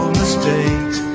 mistakes